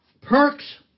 perks